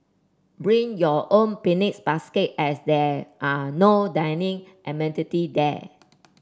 bring your own picnics basket as there are no dining amenity there